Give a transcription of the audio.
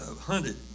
hunted